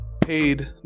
paid